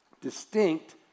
Distinct